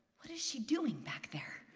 what is she doing back there?